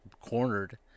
cornered